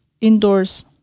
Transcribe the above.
indoors